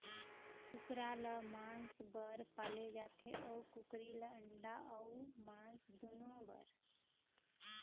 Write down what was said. कुकरा ल मांस बर पाले जाथे अउ कुकरी ल अंडा अउ मांस दुनो बर